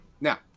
Now